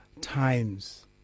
times